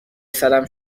سرم